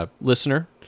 listener